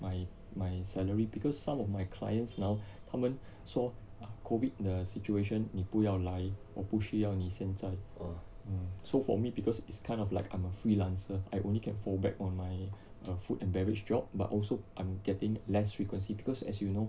my my salary because some of my clients now 他们说 ah COVID 的 situation 你不要来我不需要你现在 hmm so for me because it's kind of like I'm a freelancer I only can fall back on my food and beverage job but also I'm getting less frequency because as you know